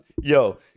Yo